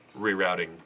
rerouting